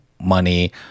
money